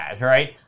right